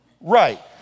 Right